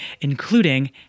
including